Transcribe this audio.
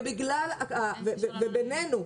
ובינינו,